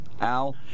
Al